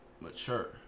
mature